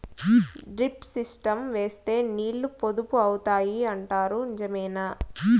Drip system వేస్తే నీళ్లు పొదుపు అవుతాయి అంటారు నిజమేనా?